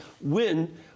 win